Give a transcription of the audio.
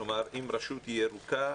אם רשות ירוקה,